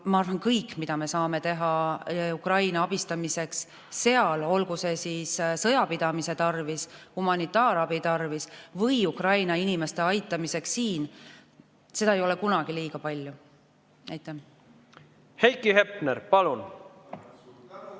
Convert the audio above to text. ma arvan, et kõik, mida me saame teha Ukraina abistamiseks, olgu see sõjapidamise tarvis, humanitaarabi tarvis või Ukraina inimeste aitamiseks siin – seda ei ole kunagi liiga palju. Ma kindlasti kuulun